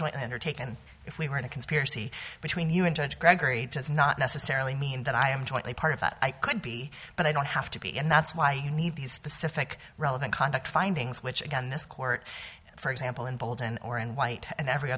joint undertaken if we were in a conspiracy between you and judge gregory does not necessarily mean that i am jointly part of that i could be but i don't have to be and that's why you need these specific relevant conduct findings which again this court for example in bolton or and white and every